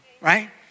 right